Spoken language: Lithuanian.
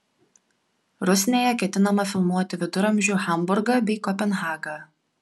rusnėje ketinama filmuoti viduramžių hamburgą bei kopenhagą